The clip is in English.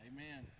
Amen